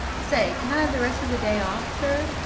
say, can i have the rest of the day off, sir?